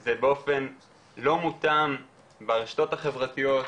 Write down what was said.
זה באופן לא מותאם ברשתות החברתיות,